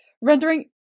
rendering